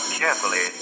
carefully